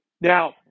now